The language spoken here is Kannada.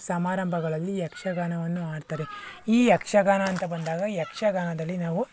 ಸಮಾರಂಭಗಳಲ್ಲಿ ಯಕ್ಷಗಾನವನ್ನು ಆಡ್ತಾರೆ ಈ ಯಕ್ಷಗಾನ ಅಂತ ಬಂದಾಗ ಯಕ್ಷಗಾನದಲ್ಲಿ ನಾವು